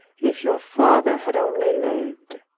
if your father had only lived!